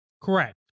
Correct